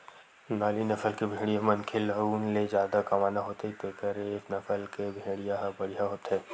नाली नसल के भेड़िया मनखे ल ऊन ले जादा कमाना होथे तेखर ए नसल के भेड़िया ह बड़िहा होथे